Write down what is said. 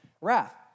wrath